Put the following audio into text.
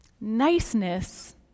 Niceness